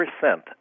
percent